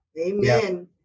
Amen